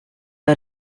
are